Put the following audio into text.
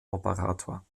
operator